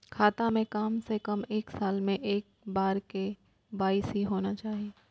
खाता में काम से कम एक साल में एक बार के.वाई.सी होना चाहि?